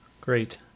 great